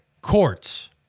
courts